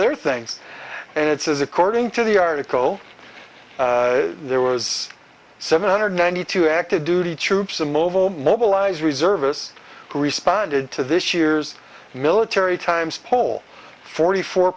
their things and it says according to the article there was seven hundred ninety two active duty troops in mobile mobilize reservists who responded to this year's military times poll forty four